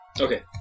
okay